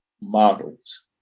models